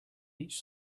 each